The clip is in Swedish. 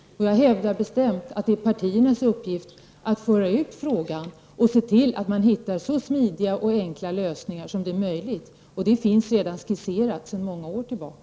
Jag hävdar bestämt att det är partiernas uppgift att föra ut frågan och se till att man hittar så smidiga och enkla lösningar som möjligt. Det finns skisserat sedan många år tillbaka.